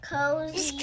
Cozy